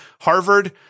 Harvard